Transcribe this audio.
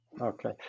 Okay